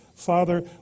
Father